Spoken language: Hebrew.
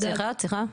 צריכה, צריכה.